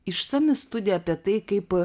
išsami studija apie tai kaip